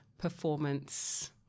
performance